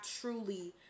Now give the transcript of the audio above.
truly